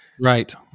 Right